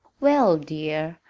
well, dear,